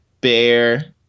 bear